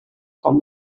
com